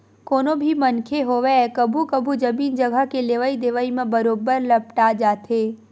कोनो भी मनखे होवय कभू कभू जमीन जघा के लेवई देवई म बरोबर लपटा जाथे